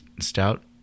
stout